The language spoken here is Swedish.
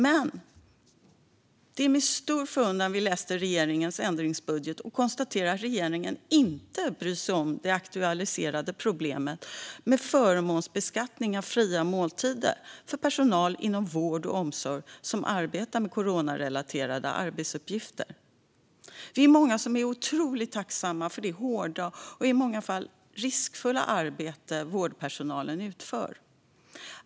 Men det var med stor förundran vi läste regeringens ändringsbudget och konstaterade att regeringen inte bryr sig om det aktualiserade problemet med förmånsbeskattning av fria måltider för personal inom vård och omsorg som arbetar med coronarelaterade arbetsuppgifter. Vi är många som är otroligt tacksamma för det hårda och i många fall riskfyllda arbete vårdpersonalen utför.